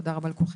תודה רבה לכולכם.